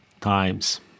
times